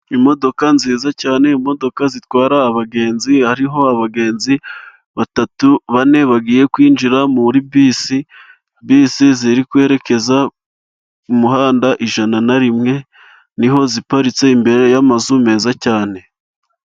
Imodoka nziza cyane, imodoka zitwara abagenzi hariho abagenzi batatu, bane bagiye kwinjira muri bisi ziri kwerekeza ku muhanda ijana na rimwe niho ziparitse imbere yamazu meza cyane.